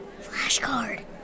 Flashcard